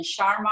Sharma